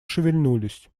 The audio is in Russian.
шевельнулись